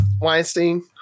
Weinstein